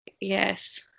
Yes